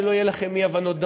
שלא יהיו לכם אי-הבנות,